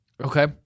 Okay